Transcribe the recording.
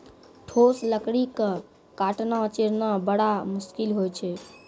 ठोस लकड़ी क काटना, चीरना बड़ा मुसकिल होय छै